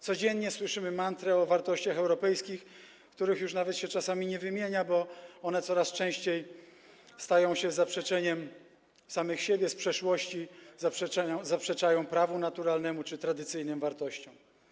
Codziennie słyszymy mantrę o wartościach europejskich, których już nawet się czasami nie wymienia, bo one coraz częściej stają się zaprzeczeniem samych siebie z przeszłości, zaprzeczają prawu naturalnemu czy tradycyjnym wartościom.